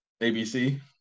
abc